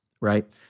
right